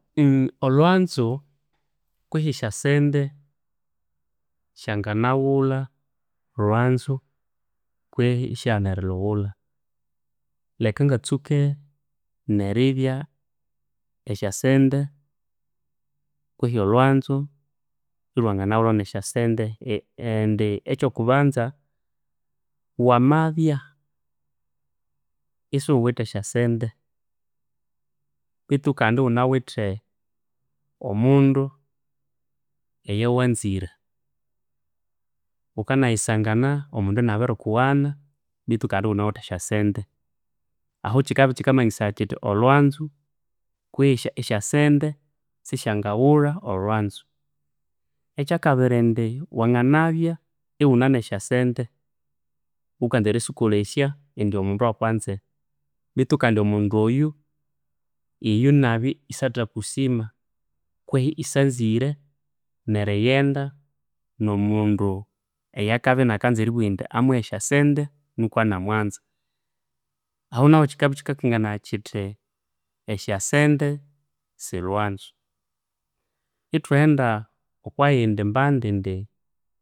Olhwanzu kwihi esyasente syanginaghulha olhwanzu kwihi isyaghana erilhughulha. Leka ngatsuke neribya esyasente kwihi olhwanzu ilhwanganaghulhwa nesyasente. Indi ekyokubanza wamabya isighuwithe esyasente betu kandi ighunawithe omundu eyawanzire, ghukanayisangana omundu inabirikughana betu kandi ighunawithe esyasente. Ahu kyikabya ikyikamanyisaya kyithi olhwanzu kwihi esyasente sisyangaghulha olhwanzu. Ekyakabiri indi wanganabya ighunana esyasente ghukanza erisikolesya indi omundu akwanze betu kandi omundu oyu, iyo inabya isathakusima kwihi isanzire nerighenda nomundu eyakabya inakanza eribugha indi amuhe esyasente nuku anamwanza. Ahunahu kyikabya ikyikakanganaya kyithi esyasente silhwanzu. Ithwaghenda okwayindi mbandi indi